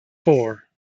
four